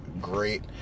great